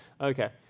Okay